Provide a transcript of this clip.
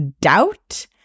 doubt